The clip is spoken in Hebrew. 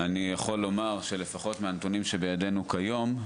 אני יכול לומר שלפחות מהנתונים שבידינו כיום,